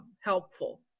helpful